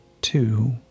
two